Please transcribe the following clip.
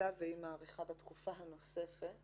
שנעשתה והיא מאריכה בתקופה הנוספת